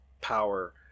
power